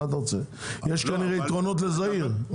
יש כנראה יתרונות לזעיר,